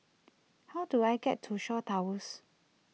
how do I get to Shaw Towers